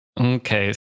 Okay